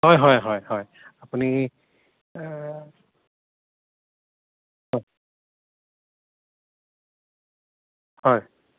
হয় হয় হয় হয় আপুনি হয়